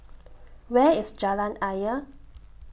Where IS Jalan Ayer